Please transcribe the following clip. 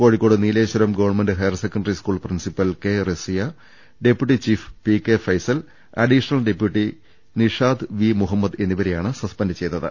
Kozhikode Nileshwaram gov higher secondary school principal K Rasiya deputy chief P K Faisal additional deputy Nishad V Muhammad എന്നിവരെയാണ് suspend ചെയ്തത്